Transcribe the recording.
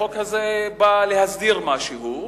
החוק הזה בא להסדיר משהו,